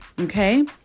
okay